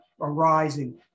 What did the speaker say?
arising